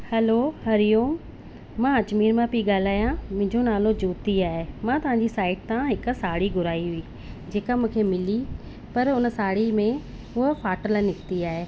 hello Hari Om मां अजमेर मां पई ॻाल्हायां मुंहिंजो नालो जोती आहे मां तव्हांजो साइट तां हिक साड़ी घुराई हुई जेका मूंखे मिली पर उन साड़ी में हुअ फ़ाटलु निकिती आहे